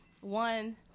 one